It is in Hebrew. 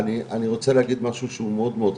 אני רוצה להגיד משהו שהוא מאוד מאוד חשוב,